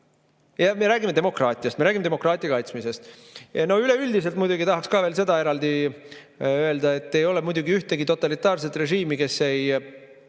Ja me räägime demokraatiast, me räägime demokraatia kaitsmisest! Üleüldiselt muidugi tahaksin veel seda eraldi öelda, et ei ole muidugi ühtegi totalitaarset režiimi, kes ei